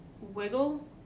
Wiggle